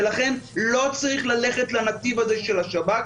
לכן לא צריך ללכת לנתיב הזה של השב"כ,